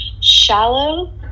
Shallow